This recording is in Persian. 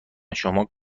شما